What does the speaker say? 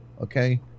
Okay